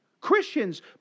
Christians